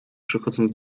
przychodząc